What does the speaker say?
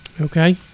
Okay